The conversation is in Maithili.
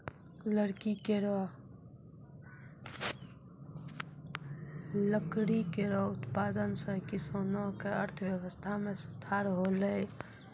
लकड़ी केरो उत्पादन सें किसानो क अर्थव्यवस्था में सुधार हौलय